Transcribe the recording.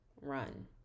Run